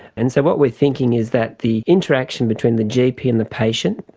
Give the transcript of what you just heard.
and so what we're thinking is that the interaction between the gp and the patient,